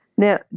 Now